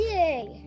Yay